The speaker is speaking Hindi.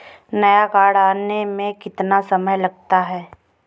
नया कार्ड आने में कितना समय लगता है?